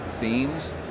themes